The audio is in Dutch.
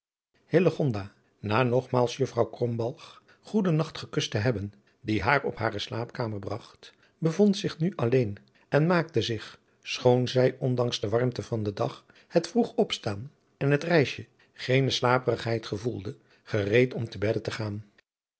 na nogmaals juffrouw krombalg goeden nacht gekust te hebben die haar op hare slaapkamer bragt bevond zich nu alleen en maakte zich schoon zij ondanks de warmte van den dag het vroeg opstaan en het reisje geene slaperigheid gevoelde gereed om te bedde te gaan